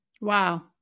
Wow